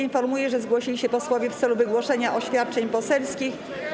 Informuję, że zgłosili się posłowie w celu wygłoszenia oświadczeń poselskich.